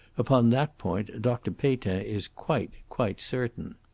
upon that point dr. peytin is quite, quite certain.